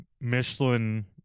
Michelin